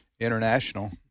international